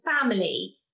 family